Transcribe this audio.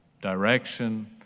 direction